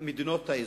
מדינות האזור?